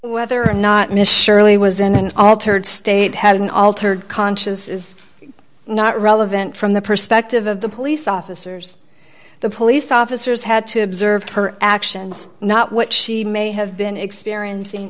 whether or not mr shirley was in an altered state had an altered conscious is not relevant from the perspective of the police officers the police officers had to observe her actions not what she may have been experiencing